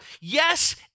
Yes